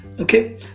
Okay